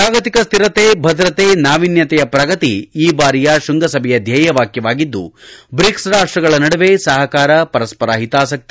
ಜಾಗತಿಕ ಸ್ವಿರತೆ ಭದ್ರತೆ ನಾವಿನ್ಯತೆಯ ಪ್ರಗತಿ ಈ ಬಾರಿಯ ಶೃಂಗಸಭೆಯ ಧ್ಲೆಯವಾಕ್ಯವಾಗಿದ್ದು ಬ್ರಿಕ್ಸ್ ರಾಷ್ಷ ನಡುವೆ ಸಹಕಾರ ಪರಸ್ಪರ ಹಿತಾಸಕ್ತೆ